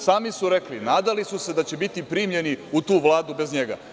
Sami su rekli, nadali su se da će biti primljeni u tu Vladu bez njega.